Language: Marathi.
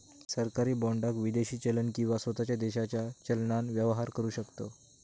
सरकारी बाँडाक विदेशी चलन किंवा स्वताच्या देशाच्या चलनान व्यवहार करु शकतव